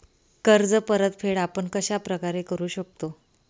कर्ज परतफेड आपण कश्या प्रकारे करु शकतो?